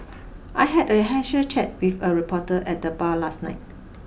I had a casual chat with a reporter at the bar last night